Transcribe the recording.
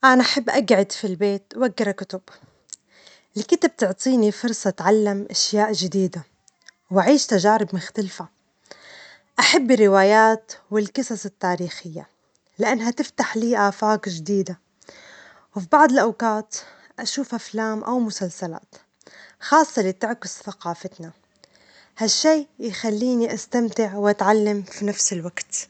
أنا أحب أجعد في البيت وأجرأ كتب، الكتب تعطيني فرصة أتعلم أشياء جديدة وأعيش تجارب مختلفة، أحب الروايات والجصص التاريخية لأنها تفتح لي آفاق جديدة، وفي بعض الأوجات أشوف أفلام أو مسلسلات، خاصة اللي تعكس ثجافتنا، هالشيء يخليني أستمتع وأتعلم في نفس الوجت.